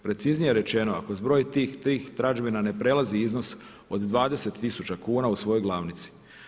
Preciznije rečeno ako zbroj tih tražbina ne prelazi iznos od 20 tisuća kuna u svojoj glavnici.